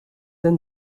and